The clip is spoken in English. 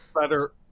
better